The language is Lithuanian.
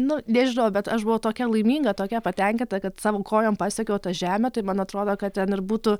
nu nežinau bet aš buvau tokia laiminga tokia patenkinta kad savo kojom pasiekiau tą žemę tai man atrodo kad ten ir būtų